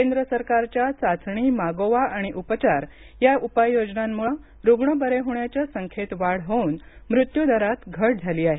केंद्र सरकारच्या चाचणी मागोवा आणि उपचार या उपाययोजनांमुळे रुग्ण बरे होण्याच्या संख्येत वाढ होऊन मृत्यू दरात घट झाली आहे